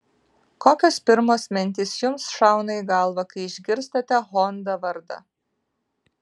kokios pirmos mintys jums šauna į galvą kai išgirstate honda vardą